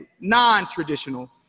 non-traditional